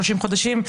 30 חודשים,